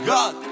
God